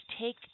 take